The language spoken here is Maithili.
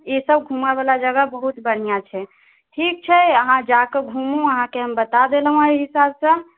ई सब घुमऽबला जगह बहुत बढ़िया छै ठीक छै अहाँ जाकऽ घुमू अहाँके हम बता देलौं ई सब सब